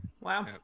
wow